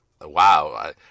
Wow